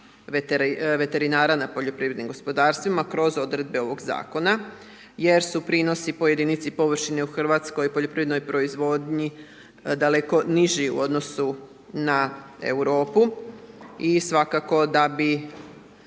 na poljoprivrednim gospodarstvima kroz odredbe ovog Zakona jer su prinosi po jedinici površine u RH u poljoprivrednoj proizvodnji daleko niži u odnosu na Europu i svakako da bi